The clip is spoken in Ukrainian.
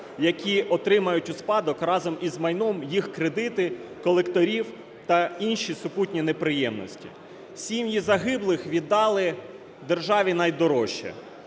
які отримають у спадок разом із майном їх кредити, колекторів та інші супутні неприємності. Сім'ї загиблих віддали державі найдорожче,